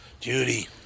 Judy